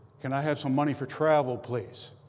can i have some money for travel, please?